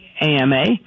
AMA